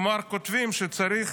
כלומר כותבים שצריך